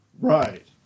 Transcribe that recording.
Right